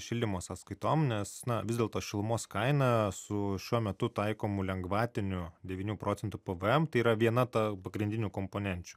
šilimo sąskaitom nes na vis dėlto šilumos kaina su šiuo metu taikomu lengvatiniu devynių procentų pvm tai yra viena ta pagrindinių komponenčių